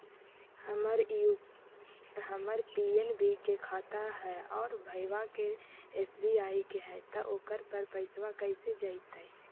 हमर पी.एन.बी के खाता है और भईवा के एस.बी.आई के है त ओकर पर पैसबा कैसे जइतै?